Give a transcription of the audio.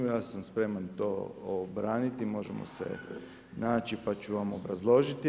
Ja sam spreman to obraniti, možemo se naći pa ću vam obrazložiti.